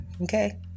okay